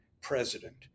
president